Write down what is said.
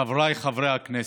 חבריי חברי הכנסת,